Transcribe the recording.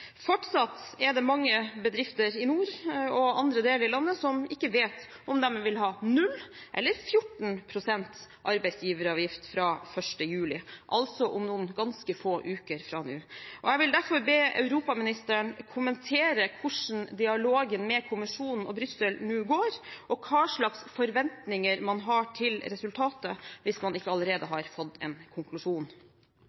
Fortsatt er det mange bedrifter i nord og i andre deler av landet som ikke vet om de vil ha 0 eller 14 pst. arbeidsgiveravgift fra 1. juli, altså om noen ganske få uker fra nå. Jeg vil derfor be europaministeren kommentere hvordan dialogen med EU-kommisjonen og Brussel nå går, og hva slags forventninger man har til resultatet – hvis man ikke allerede